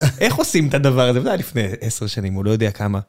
איך עושים את הדבר הזה? זה היה לפני עשר שנים, הוא לא יודע כמה.